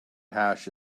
hash